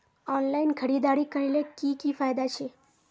Online खरीदारी करले की की फायदा छे?